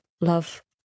love